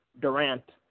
Durant